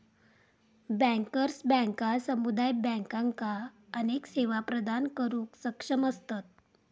bankers बँका समुदाय बँकांका अनेक सेवा प्रदान करुक सक्षम असतत